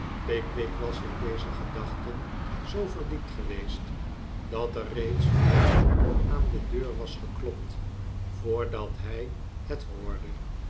pickwick was in deze gedachten zoo verdiept geweest dat er reeds viermaal aan de deur was geklopt voor dat hij het hoorde